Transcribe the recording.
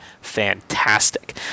fantastic